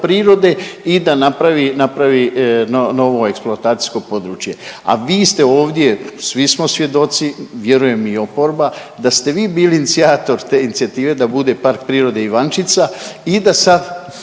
prirode i da napravi, napravi novo eksploatacijsko područje. A vi ste ovdje, svi smo svjedoci, vjerujem i oporba da ste vi bili inicijator te inicijative da bude Park prirode Ivančica i da sad